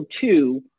two